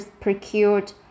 procured